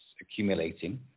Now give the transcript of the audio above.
accumulating